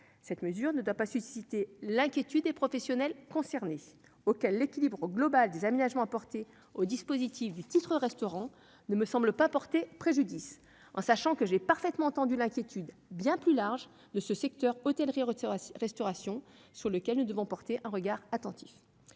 Cette mesure ne doit pas susciter l'inquiétude des professionnels concernés : il me semble que l'équilibre global des aménagements apportés au dispositif du titre-restaurant ne leur porte pas préjudice. Toutefois, j'ai parfaitement saisi l'inquiétude bien plus large du secteur de l'hôtellerie-restauration, sur lequel nous devons porter un regard attentif.